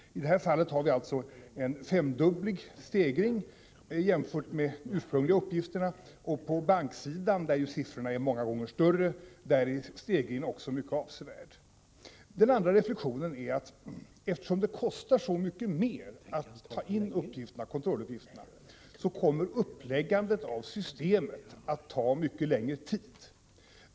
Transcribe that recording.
I det här fallet har vi alltså en femdubbling jämfört med de ursprungliga uppskattningarna, och på banksidan, där ju siffrorna är många gånger större, är stegringen också avsevärd. Den andra reflexionen är att, eftersom det kostar så mycket mer att ta in kontrolluppgifterna, så kommer uppläggandet av systemet att ta mycket längre tid.